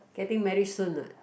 getting married soon not